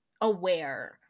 aware